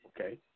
Okay